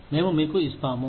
మేము మీకు ఇస్తాము